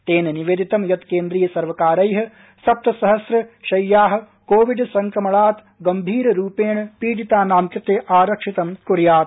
तेन निवेदितं यत् केन्द्रीय सर्वकारै सप्तसहस्र शय्या कोविड संक्रमणात् गंभीररूपेण पीडितानां कृते आरक्षितं कुर्यात्